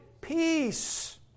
Peace